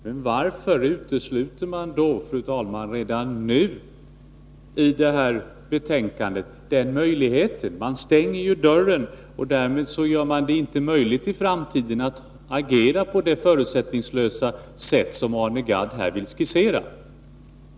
Men varför utesluter man under sådana förhållanden, fru talman, redan nu i betänkandet den möjligheten. Man stänger ju dörren, och därmed går det inte att i framtiden agera på det förutsättningslösa sätt som Arne Gadd här vill skissera.